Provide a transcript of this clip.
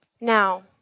Now